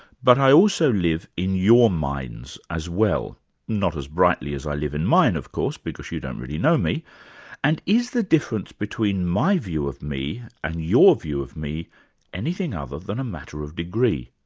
but i also live in your minds as well not as brightly as i live in mine, of course, because you don't really know me and is the difference between my view of me and your view of me anything other than a matter of degree?